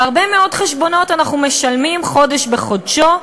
והרבה מאוד חשבונות אנחנו משלמים חודש בחודשו,